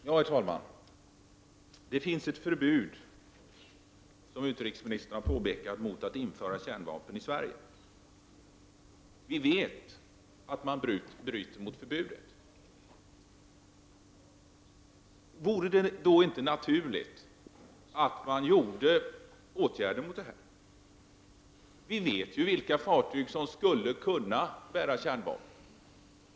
Herr talman! Det finns ett förbud mot att införa kärnvapen i Sverige, vilket utrikesministern har påpekat. Vi vet att man bryter mot förbudet. Vore det då inte naturligt att det vidtas åtgärder mot detta? Vi vet ju vilka fartyg som skulle kunna bära kärnvapen.